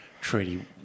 treaty